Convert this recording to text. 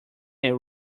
than